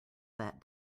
that